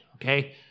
okay